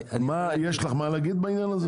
יש לך מה להגיד בעניין הזה?